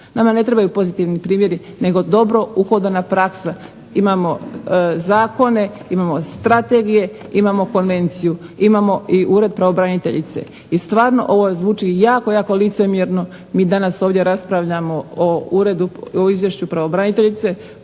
Nama ne trebaju pozitivni primjeri nego dobro uhodana praksa. Imamo zakone, imamo strategije, imamo konvenciju, imamo i ured pravobraniteljice. I stvarno ovo zvuči jako jako licemjerno, mi danas ovdje raspravljamo o izvješću pravobraniteljice